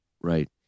Right